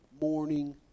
morning